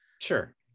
sure